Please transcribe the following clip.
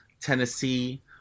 Tennessee